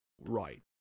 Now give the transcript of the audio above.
Right